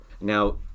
Now